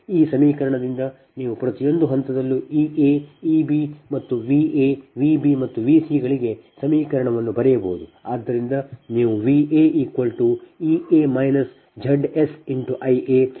ಈ ಸಮೀಕರಣದಿಂದ ನೀವು ಪ್ರತಿ ಹಂತದಲ್ಲೂ Ea Eb ಮತ್ತು Va Vb ಮತ್ತು Vcಗಳಿಗೆ ಸಮೀಕರಣವನ್ನು ಬರೆಯಬಹುದು